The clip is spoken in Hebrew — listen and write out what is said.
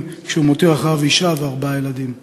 והותיר אחריו אישה וארבעה ילדים.